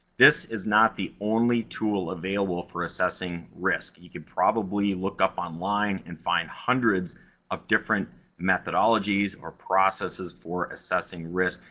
this is not the only tool available for assessing risk. you can probably look up online, and find hundreds of different methodologies or processes for assessing risk.